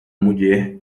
mulher